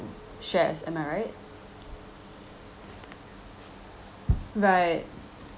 shares am I right right